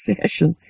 session